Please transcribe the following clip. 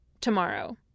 Tomorrow